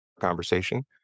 conversation